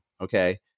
Okay